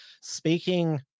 speaking